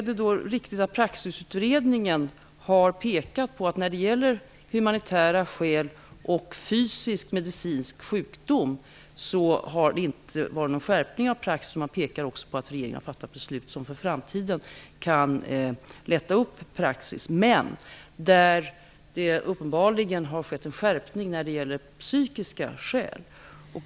Det är riktigt att Praxisutredningen pekar på att det när det gäller humanitära skäl och fysisk-medicinsk sjukdom inte har skett någon skärpning av praxis. Man framhåller också att regeringen har fattat beslut som för framtiden kan lätta upp praxis. Men det har uppenbarligen skett en skärpning när det gäller psykiska skäl.